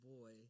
boy